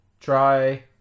Try